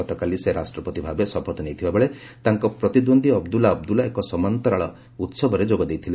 ଗତକାଲି ସେ ରାଷ୍ଟ୍ରପତି ଭାବେ ଶପଥ ନେଇଥିବାବେଳେ ତାଙ୍କ ପ୍ରତିଦ୍ୱନ୍ଦୀ ଅବଦୁଲା ଅବୁଦୁଲା ଏକ ସମାନ୍ତରାଳ ଉହବରେ ଯୋଗଦେଇଥିଲେ